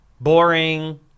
Boring